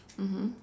mmhmm